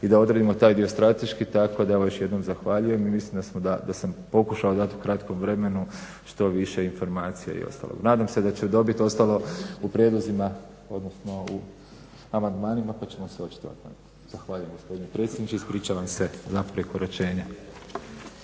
i da odredimo taj dio strateški tako da evo još jednom zahvaljujem i mislim da sam pokušao dat u kratkom vremenu što više informacija i ostalog. Nadam se da ću dobit ostalo u prijedlozima, odnosno u amandmanima, pa ćemo se očitovati o tome. Zahvaljujem gospodine predsjedniče, ispričavam se na prekoračenju